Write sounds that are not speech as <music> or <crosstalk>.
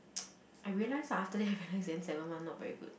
<noise> I realise ah after that I realise then seven month not very good